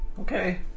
Okay